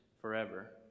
forever